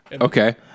Okay